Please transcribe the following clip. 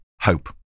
hope